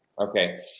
Okay